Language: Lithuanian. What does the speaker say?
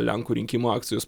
lenkų rinkimų akcijos